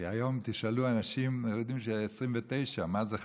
כי אם היום תשאלו אנשים, הם יגידו: 29, מה זה כ"ט?